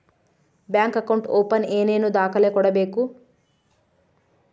Bank account open ಏನೇನು ದಾಖಲೆ ಕೊಡಬೇಕು?